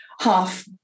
half